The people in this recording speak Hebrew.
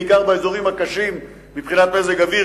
בעיקר באזורים הקשים מבחינת מזג האוויר,